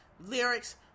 lyrics